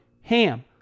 HAM